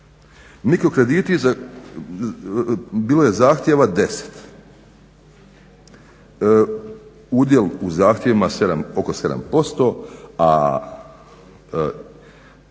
Mikro krediti, bilo je zahtjeva 10. Udjel u zahtjevima oko 7%, a